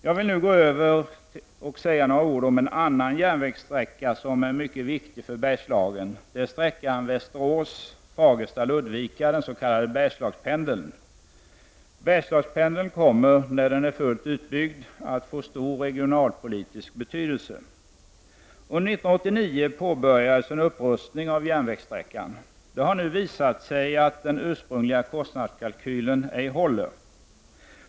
Jag vill säga några ord om en annan järnvägssträcka som är mycket viktig för Bergslagen, det är sträckan Västerås—Fagersta— Ludvika, dvs. den s.k. Bergslagspendeln. Bergslagspendeln kommer, när den är fullt utbyggd, att få stor regionalpolitisk betydelse. Under 1989 påbörjades en upprustning av järnvägssträckan. Det har nu visat sig att den ursprungliga kostnadskalkylen ej håller.